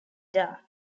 dark